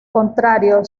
contrario